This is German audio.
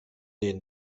den